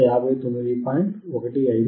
15 hertz 160 hertz